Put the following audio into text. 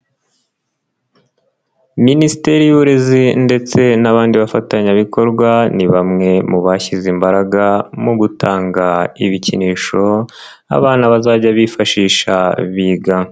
Minisiteri y'uburezi ndetse n'abandi bafatanyabikorwa, ni bamwe mu bashyize imbaraga mu gutanga ibikinisho abana bazajya bifashisha biga.